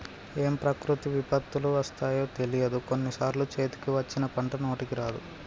ఏం ప్రకృతి విపత్తులు వస్తాయో తెలియదు, కొన్ని సార్లు చేతికి వచ్చిన పంట నోటికి రాదు